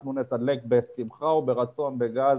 אנחנו נתדלק בשמחה וברצון בגז,